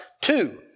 two